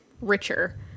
richer